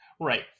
Right